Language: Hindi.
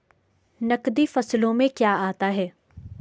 नकदी फसलों में क्या आता है?